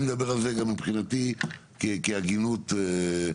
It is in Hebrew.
אני מדבר על זה גם מבחינתי כהגינות שלטונית,